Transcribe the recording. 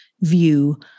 view